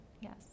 Yes